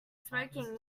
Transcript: smoking